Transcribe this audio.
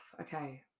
okay